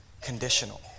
conditional